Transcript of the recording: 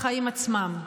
החיים עצמם.